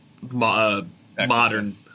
modern